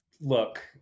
Look